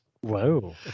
whoa